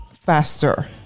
faster